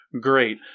Great